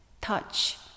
touch